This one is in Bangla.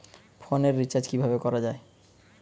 ফোনের রিচার্জ কিভাবে করা যায়?